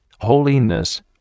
Holiness